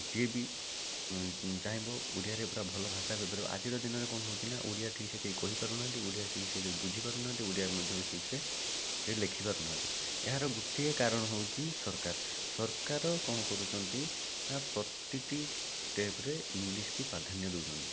ଯିଏ ବି ଚାହିଁବ ଓଡ଼ିଆରେ ପୁରା ଭଲ ଭାଷା କହିପାରିବା ଆଜିର ଦିନରେ କ'ଣ ହେଉଛି ନା ଓଡ଼ିଆ ଠିକ ସେ କେହି କହି ପାରୁନାହାଁନ୍ତି ଓଡ଼ିଆ ଠିକ ସେ କେହି ବୁଝିପାରୁନାହାଁନ୍ତି ଓଡ଼ିଆ ମଧ୍ୟ ଠିକ ସେ କେହି ଲେଖି ପାରୁନାହାଁନ୍ତି ଏହାର ଗୋଟିଏ କାରଣ ହେଉଛି ସରକାର ସରକାର କ'ଣ କରୁଛନ୍ତି ନା ପ୍ରତିଟି ଷ୍ଟେପ୍ରେ ଇଂଲିଶକୁ ପ୍ରାଧାନ୍ୟ ଦେଉଛନ୍ତି